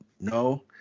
no